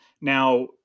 now